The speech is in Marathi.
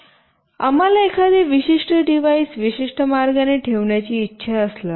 आणि आम्हाला एखादे विशिष्ट डिव्हाइस विशिष्ट मार्गाने ठेवण्याची इच्छा असल्यास